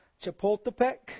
Chapultepec